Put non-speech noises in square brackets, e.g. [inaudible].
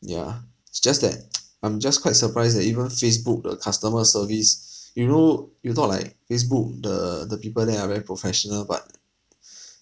yeah it's just that [noise] I'm just quite surprised that even facebook the customer service you know you thought like facebook the the people there are very professional but